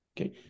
Okay